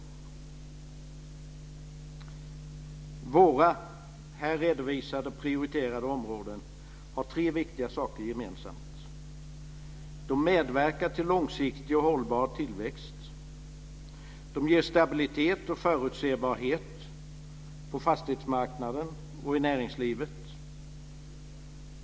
Våra här redovisade prioriterade områden har tre viktiga saker gemensamt: De medverkar till en långsiktig och hållbar tillväxt. De ger stabilitet och förutsebarhet på fastighetsmarknaden och i näringslivet.